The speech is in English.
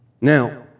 Now